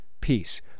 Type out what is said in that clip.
peace